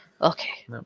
Okay